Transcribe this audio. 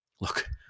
look